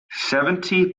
seventy